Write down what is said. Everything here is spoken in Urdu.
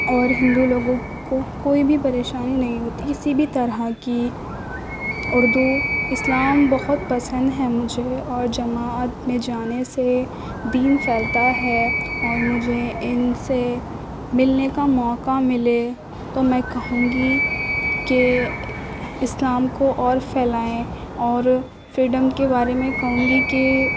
اور ہندو لوگوں کو کوئی بھی پریشانی نہیں ہوتی کسی بھی طرح کی اردو اسلام بہت پسند ہے مجھے اور جماعت میں جانے سے دین پھیلتا ہے اور مجھے ان سے ملنے کا موقع ملے تو میں کہوں گی کہ اسلام کو اور پھیلائیں اور فریڈم کے بارے میں کہوں گی کہ